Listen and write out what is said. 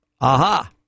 Aha